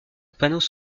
panneaux